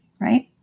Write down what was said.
right